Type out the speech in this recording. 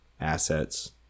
assets